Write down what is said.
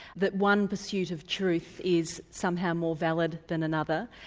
that one pursuit of truth is somehow more valid than another,